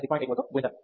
8 V తో గుణించాలి